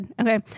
Okay